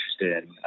interested